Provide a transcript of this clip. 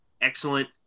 excellent